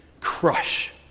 crush